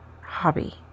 hobby